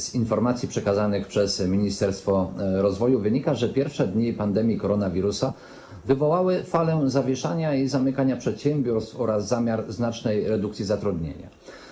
Z informacji przekazanych przez Ministerstwo Rozwoju wynika, że pierwsze dni pandemii koronawirusa wywołały falę zawieszania i zamykania przedsiębiorstw oraz pojawił się zamiar znacznej redukcji zatrudnienia.